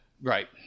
right